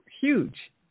huge